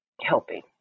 helping